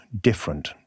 different